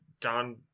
Don